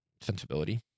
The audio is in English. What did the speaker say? sensibility